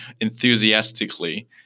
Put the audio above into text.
enthusiastically